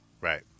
right